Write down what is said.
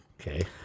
Okay